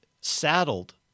saddled